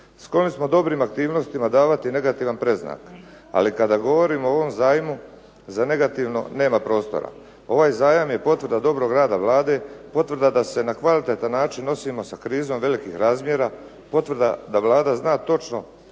s kojim smo dobrim aktivnostima davati negativan predznak, ali kada govorimo o ovom zajmu za negativno nema prostora. Ovaj zajam je dobra potvrda dobrog rada Vlade, potvrda da se na kvalitetan način nosimo sa krizom velikih razmjera, potvrda da Vlada zna točno